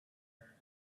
here